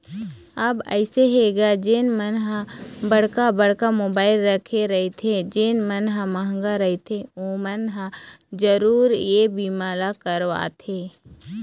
अब अइसे हे गा जेन मन ह बड़का बड़का मोबाइल रखे रहिथे जेन मन ह मंहगा रहिथे ओमन ह जरुर ये बीमा ल करवाथे